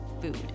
food